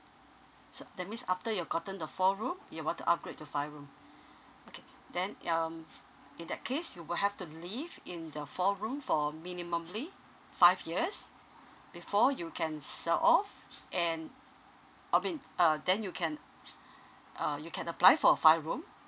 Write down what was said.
so that means after you gotten the four room you want to upgrade to five room okay then um in that case you will have to live in the four room for minimumly five years before you can sell off and I mean uh then you can sh~ uh you can apply for a five room